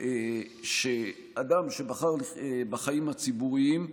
שאדם שבחר בחיים הציבוריים,